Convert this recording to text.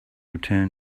return